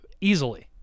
easily